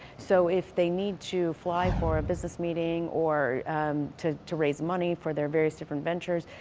so if they need to fly for a business meeting or to to raise money for their various different ventures,